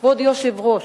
כבוד היושב-ראש,